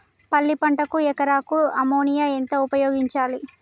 పల్లి పంటకు ఎకరాకు అమోనియా ఎంత ఉపయోగించాలి?